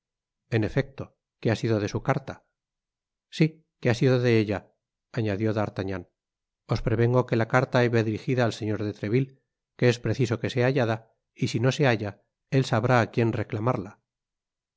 en efecto qué ha sido de su carta sí qué ha sido de ella añadió d'artagnan os prevengo que la carta iba dirigida al señor de treville que es preciso que sea hallada y si no se halla él sabrá á quien reclamarla